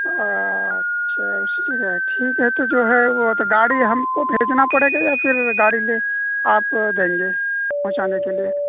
اچھا اسی جگہ ہے ٹھیک ہے تو جو ہے وہ تو گاڑی ہم کو بھیجنا پڑے گا یا پھر گاڑی لے آپ دیں گے پہنچانے کے لیے